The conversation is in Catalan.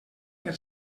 per